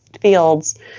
fields